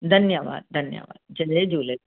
धन्यवाद धन्यवाद जय झूले